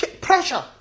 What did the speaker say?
pressure